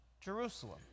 Jerusalem